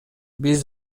биз